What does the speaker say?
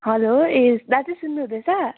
hello ए दाजु सुन्नुहँदैछ